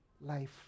life